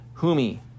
Humi